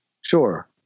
sure